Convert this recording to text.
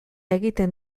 egiten